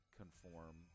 conform